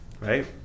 right